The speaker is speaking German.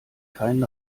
keinen